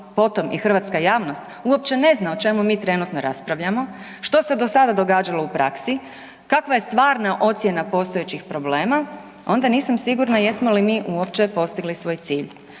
potom i hrvatska javnost, uopće ne zna o čemu mi trenutno raspravljamo, što se do sada događalo u praksi, kakva je stvarna ocjena postojećih problema, onda nisam sigurna jesmo li mi uopće postigli svoj cilj.